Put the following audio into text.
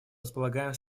располагаем